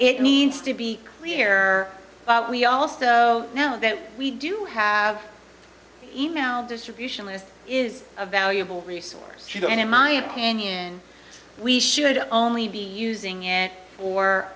it needs to be clear we also know that we do have e mail distribution list is a valuable resource and in my opinion we should only be using it or